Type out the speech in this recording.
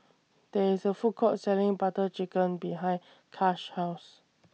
There IS A Food Court Selling Butter Chicken behind Kash's House